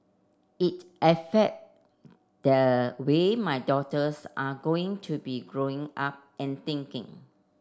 it affect the way my daughters are going to be Growing Up and thinking